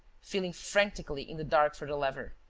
feeling frantically in the dark for the lever.